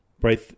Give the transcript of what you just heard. right